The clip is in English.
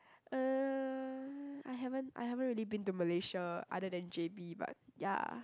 uh I haven't I haven't really been to Malaysia other than J_B but ya